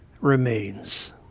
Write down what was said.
remains